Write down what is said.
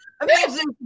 Amazing